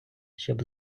щоб